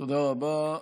תודה רבה.